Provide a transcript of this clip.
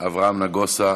אברהם נגוסה,